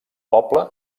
poble